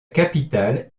capitale